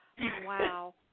wow